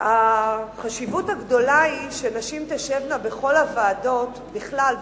החשיבות הגדולה היא שנשים תשבנה בכל הוועדות בכלל,